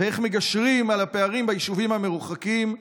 2. ואיך מגשרים על הפערים ביישובים המרוחקים?